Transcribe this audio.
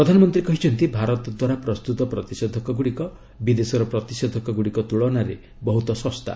ପ୍ରଧାନମନ୍ତ୍ରୀ କହିଛନ୍ତି ଭାରତଦ୍ୱାରା ପ୍ରସ୍ତୁତ ପ୍ରତିଷେଧକଗୁଡ଼ିକ ବିଦେଶର ପ୍ରତିଷେଧକଗୁଡ଼ିକ ତୁଳନାରେ ବହୁତ ଶସ୍ତା